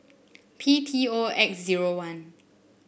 P T O X zero one